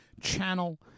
channel